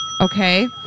Okay